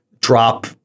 drop